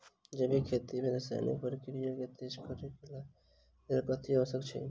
जैविक खेती मे रासायनिक प्रक्रिया केँ तेज करै केँ कऽ लेल कथी आवश्यक छै?